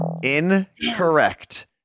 incorrect